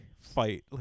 fight